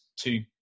two